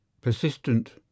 persistent